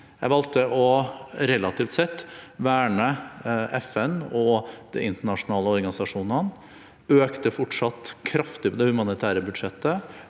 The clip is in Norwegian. Jeg valgte relativt sett å verne FN og de internasjonale organisasjonene – økte fortsatt kraftig på det humanitære budsjettet,